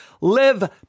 live